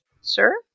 sir